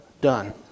done